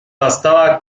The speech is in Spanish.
bastaba